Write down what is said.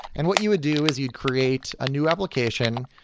and what you would do is you'd create a new application,